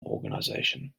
organisation